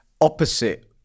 opposite